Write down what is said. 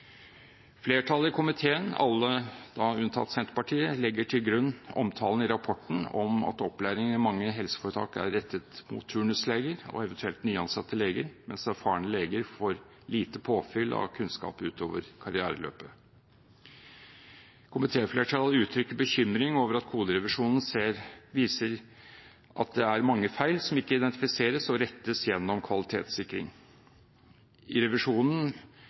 Flertallet i komiteen, alle unntatt Senterpartiet, legger til grunn omtalen i rapporten om at opplæringen i mange helseforetak er rettet mot turnusleger og eventuelt nyansatte leger, mens erfarne leger får lite påfyll av kunnskap utover i karriereløpet. Komitéflertallet uttrykker bekymring over at koderevisjonen viser at det er mange feil som ikke identifiseres og rettes gjennom kvalitetssikringen. I revisjonen